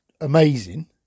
amazing